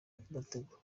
adategwa